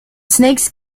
snakes